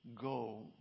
go